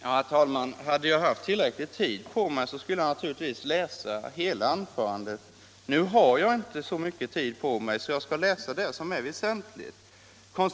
Herr talman! Om jag hade tillräckligt med tid på mig skulle jag naturligtvis läsa upp hela anförandet, men nu har jag inte det. Därför skall jag läsa upp det som är väsentligt. Fru